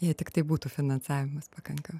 jei tiktai būtų finansavimas pakanka